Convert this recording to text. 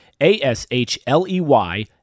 A-S-H-L-E-Y